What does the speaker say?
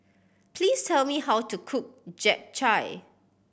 please tell me how to cook Japchae